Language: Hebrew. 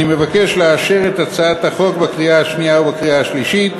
אני מבקש לאשר את הצעת החוק בקריאה השנייה ובקריאה השלישית